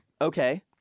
Okay